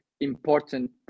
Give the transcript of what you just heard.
important